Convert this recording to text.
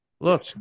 look